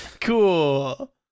Cool